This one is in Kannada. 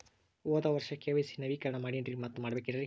ಹೋದ ವರ್ಷ ಕೆ.ವೈ.ಸಿ ನವೇಕರಣ ಮಾಡೇನ್ರಿ ಮತ್ತ ಮಾಡ್ಬೇಕೇನ್ರಿ?